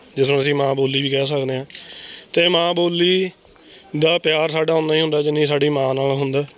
ਜਿਸ ਨੂੰ ਅਸੀਂ ਮਾਂ ਬੋਲੀ ਵੀ ਕਹਿ ਸਕਦੇ ਹਾਂ ਅਤੇ ਮਾਂ ਬੋਲੀ ਦਾ ਪਿਆਰ ਸਾਡਾ ਉਨਾਂ ਹੀ ਹੁੰਦਾ ਜਿੰਨੀ ਸਾਡੀ ਮਾਂ ਨਾਲ ਹੁੰਦਾ